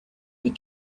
you